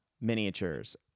miniatures